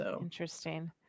Interesting